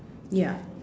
ya